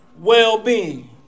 well-being